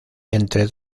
entre